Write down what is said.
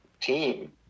team